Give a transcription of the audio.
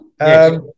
Yes